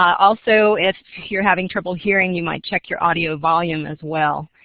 also if you're having trouble hearing you might check your audio volume as well.